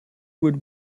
would